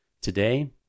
Today